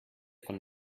von